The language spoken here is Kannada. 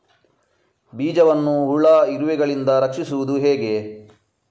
ಬೀಜವನ್ನು ಹುಳ, ಇರುವೆಗಳಿಂದ ರಕ್ಷಿಸುವುದು ಹೇಗೆ?